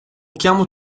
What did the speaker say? chiamo